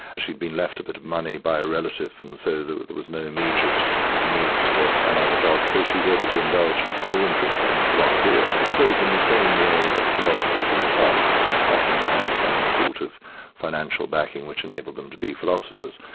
she'd been left a bit of money by a relative and so there was no immediate need to get another job, so she's able to indulge her interest in philosophy, i suppose in the same way that philosophers in the past often had some sort of financial backing which enabled them to be philosophers,